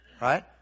Right